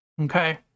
Okay